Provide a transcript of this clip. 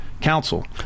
counsel